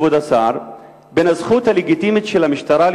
כבוד השר,